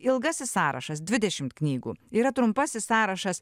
ilgasis sąrašas dvidešimt knygų yra trumpasis sąrašas